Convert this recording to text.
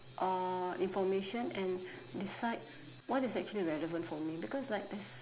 uh information and decide what is actually relevant for me because like